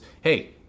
Hey